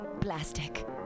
plastic